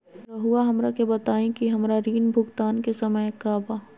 रहुआ हमरा के बताइं कि हमरा ऋण भुगतान के समय का बा?